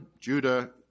Judah